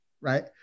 right